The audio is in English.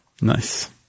Nice